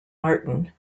martin